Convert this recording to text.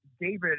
David